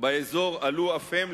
באזור עלו אף הם,